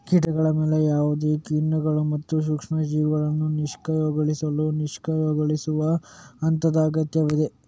ಕೀಟಗಳ ಮೇಲೆ ಯಾವುದೇ ಕಿಣ್ವಗಳು ಮತ್ತು ಸೂಕ್ಷ್ಮ ಜೀವಿಗಳನ್ನು ನಿಷ್ಕ್ರಿಯಗೊಳಿಸಲು ನಿಷ್ಕ್ರಿಯಗೊಳಿಸುವ ಹಂತದ ಅಗತ್ಯವಿದೆ